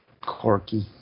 Corky